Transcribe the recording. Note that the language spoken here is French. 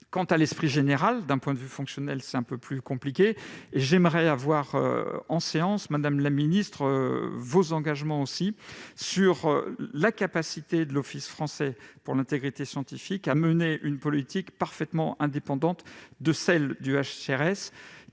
quant à l'esprit général- d'un point de vue fonctionnel, c'est un peu plus compliqué. Madame la ministre, j'aimerais que vous vous engagiez en séance sur la capacité de l'Office français pour l'intégrité scientifique à mener une politique parfaitement indépendante de celle du